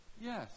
Yes